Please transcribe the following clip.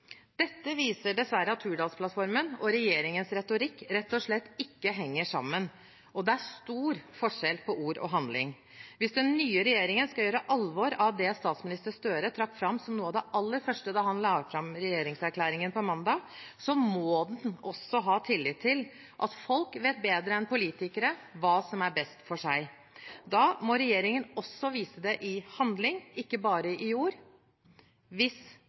Dette viser dessverre at Hurdalsplattformen og regjeringens retorikk rett og slett ikke henger sammen, og at det er stor forskjell på ord og handling. Hvis den nye regjeringen skal gjøre alvor av det statsminister Gahr Støre trakk fram som noe av det aller første da han la fram regjeringserklæringen på mandag, må den også ha tillit til at folk vet bedre enn politikere hva som er best for dem. Hvis regjeringen vil flytte makt til vanlige folk, må den også vise det i handling, ikke bare i